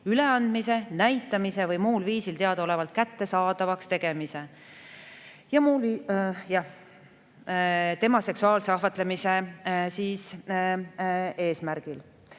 üleandmist, näitamist või muul viisil teadaolevalt kättesaadavaks tegemist tema seksuaalse ahvatlemise eesmärgil.